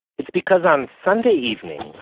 it's because on sunday evening,